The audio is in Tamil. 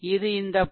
இது இந்த படம் 4